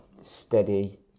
steady